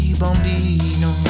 bambino